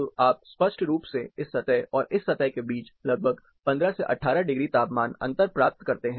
तो आप स्पष्ट रूप से इस सतह और इस सतह के बीच लगभग 15 से 18 डिग्री तापमान अंतर प्राप्त करते हैं